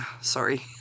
sorry